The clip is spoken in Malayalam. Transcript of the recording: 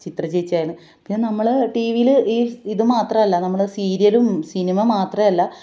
ചിത്രചേച്ചിയാണ് പിന്നെ നമ്മള് ടി വി യില് ഈ ഇത് മാത്രമല്ല നമ്മള് സീരിയലും സിനിമ മാത്രമല്ല